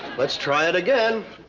let's try it again.